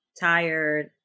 tired